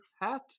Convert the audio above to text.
hat